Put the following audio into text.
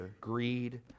greed